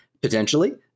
potentially